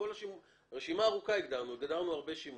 הגדרנו רשימה ארוכה של שימושים.